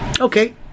okay